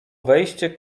wejście